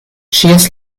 ĉies